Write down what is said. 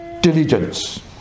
diligence